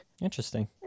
Interesting